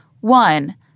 one